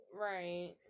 right